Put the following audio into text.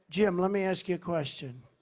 jim, let me ask you a question.